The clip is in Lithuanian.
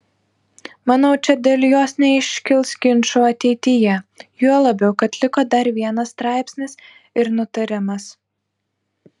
manau čia dėl jos neiškils ginčų ateityje juo labiau kad liko dar vienas straipsnis ir nutarimas